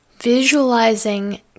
visualizing